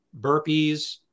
burpees